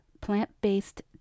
plant-based